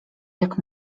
jak